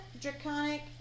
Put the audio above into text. draconic